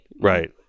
right